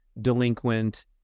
delinquent